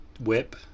whip